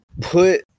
put